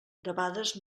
debades